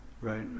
Right